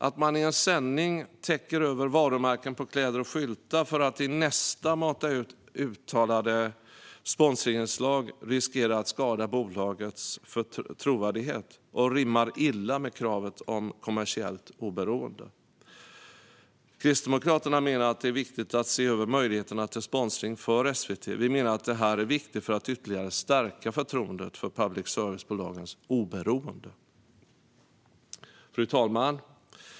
Att man i en sändning täcker över varumärken på kläder och skyltar för att i nästa sändning mata ut uttalade sponsringsinslag riskerar att skada bolagets trovärdighet och rimmar illa med kravet om kommersiellt oberoende. Kristdemokraterna menar att det är viktigt att se över möjligheterna till sponsring för SVT. Vi menar att det här är viktigt för att ytterligare stärka förtroendet för public service-bolagens oberoende. Fru talman!